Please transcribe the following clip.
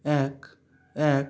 এক এক